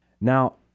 Now